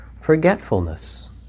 forgetfulness